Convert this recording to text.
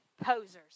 posers